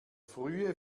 frühe